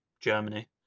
Germany